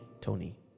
tony